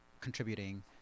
contributing